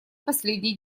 последний